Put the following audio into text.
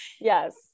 Yes